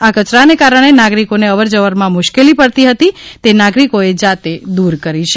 આ કચરાને કારણે નાગરિકોને અવર જવરમાં મુશ્કેલી પડતી હતી તે નાગરિકોએ જાતે દૂર કરી છે